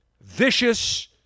vicious